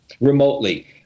remotely